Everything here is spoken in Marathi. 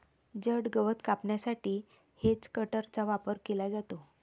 जड गवत कापण्यासाठी हेजकटरचा वापर केला जातो